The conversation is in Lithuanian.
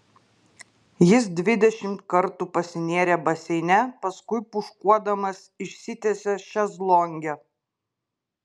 jis dvidešimt kartų pasinėrė baseine paskui pūškuodamas išsitiesė šezlonge